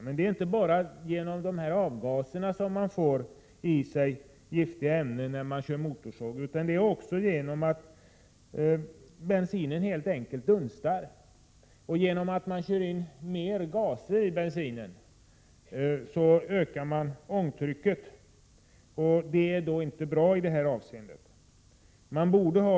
Men det är inte bara genom avgaserna som skogsarbetarna får i sig giftiga ämnen när de använder motorsåg, utan det är även genom att bensinen helt enkelt dunstar. Genom att mer avgaser tillförs bensinen ökas ångtrycket, vilket inte är bra.